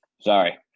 sorry